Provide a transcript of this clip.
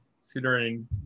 considering